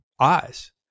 eyes